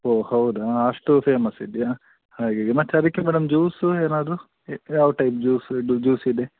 ಓಹ್ ಹೌದಾ ಅಷ್ಟು ಫೇಮಸ್ ಇದೆಯಾ ಹಾಗೀಗೆ ಮತ್ತು ಅದಕ್ಕೆ ಮೇಡಮ್ ಜ್ಯುಸು ಏನಾದರು ಎ ಯಾವ ಟೈಪ್ ಜ್ಯುಸು ಇದು ಜ್ಯುಸಿದೆ